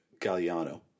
Galliano